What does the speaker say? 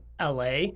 LA